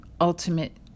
ultimate